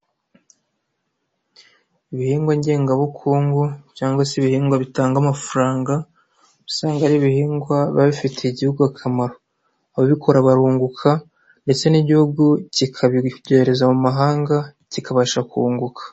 Ibihingwa ngengabukungu cyangwa se ibihingwa bitanga amafaranga usanga ari ibihingwa biba bifitiye igihugu akamaro, ababikora barunguka ndetse n'igihugu kikabyohereza mu mahanga kikabasha kunguka.